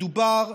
מדובר,